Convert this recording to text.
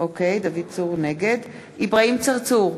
אברהים צרצור,